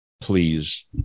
please